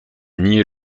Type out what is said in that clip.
nié